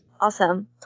Awesome